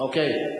אוקיי.